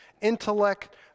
intellect